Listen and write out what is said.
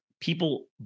people